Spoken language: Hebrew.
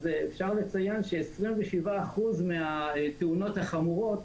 אז אפשר לציין ש-27% מהתאונות החמורות